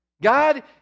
God